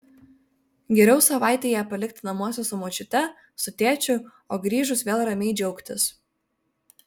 geriau savaitei ją palikti namuose su močiute su tėčiu o grįžus vėl ramiai džiaugtis